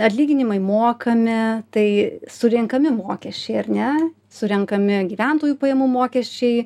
atlyginimai mokami tai surenkami mokesčiai ar ne surenkami gyventojų pajamų mokesčiai